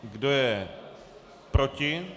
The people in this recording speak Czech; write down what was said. Kdo je proti?